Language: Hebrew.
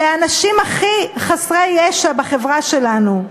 אלה האנשים הכי חסרי ישע בחברה שלנו,